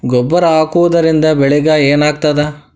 ಗೊಬ್ಬರ ಹಾಕುವುದರಿಂದ ಬೆಳಿಗ ಏನಾಗ್ತದ?